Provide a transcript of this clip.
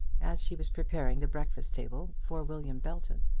as she was preparing the breakfast-table for william belton.